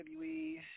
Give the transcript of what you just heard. WWE